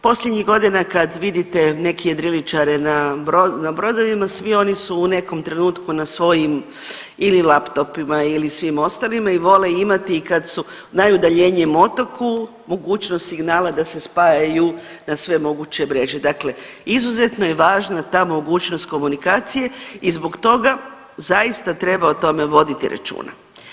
Posljednjih godina kad vidite neke jedriličare na brodovima svi oni su u nekom trenutku na svojim ili laptopima ili svim ostalima i vole imati i kad su na najudaljenijem otoku mogućnost signala da se spajaju na sve moguće mreže, dakle izuzetno je važna ta mogućnost komunikacije i zbog toga zaista treba o tome voditi računa.